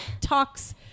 talks